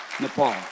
Nepal